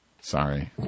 Sorry